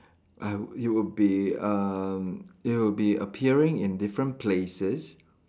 I you would be um you would be appearing in different places